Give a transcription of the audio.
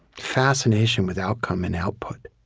fascination with outcome and output.